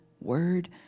word